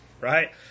right